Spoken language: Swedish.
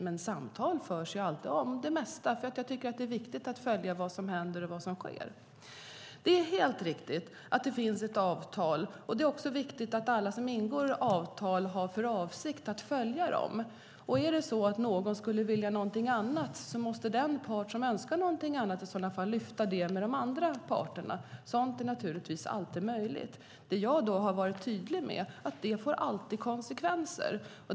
Men samtal förs ju alltid om det mesta, för jag tycker att det är viktigt att följa vad som händer och sker. Det är helt riktigt att det finns ett avtal, och det är viktigt att alla som ingår avtal har för avsikt att följa dem. Om någon part skulle önska något annat måste den i så fall ta upp det med de andra parterna. Sådant är naturligtvis alltid möjligt. Vad jag har varit tydlig med är att det alltid får konsekvenser.